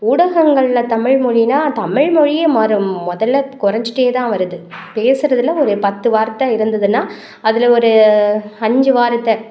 ஊடகங்கள்ல தமிழ்மொழினால் தமிழ்மொழியை மாற முதல்ல கொறைஞ்சிட்டே தான் வருது பேசுறதில் ஒரு பத்து வார்த்தை இருந்ததுனா அதில் ஒரு அஞ்சு வார்த்தை